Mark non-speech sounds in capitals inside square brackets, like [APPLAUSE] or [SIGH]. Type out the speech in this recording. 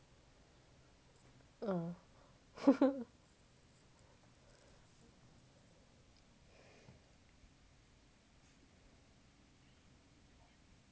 ah [LAUGHS]